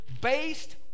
based